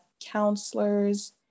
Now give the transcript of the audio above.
counselors